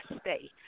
stay